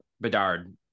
Bedard